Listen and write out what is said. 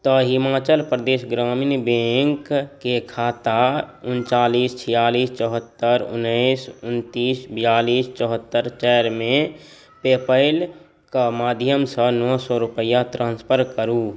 तऽ हिमाचल प्रदेश ग्रामीण बैँकके खाता उनचालिस छिआलिस चौहत्तरि उनैस उनतिस बिआलिस चौहत्तरि चारिमे पेपैलके माध्यमसँ नओ सओ रुपैआ ट्रान्सफर करू